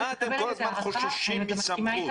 למה אתם כל הזמן חוששים מסמכות?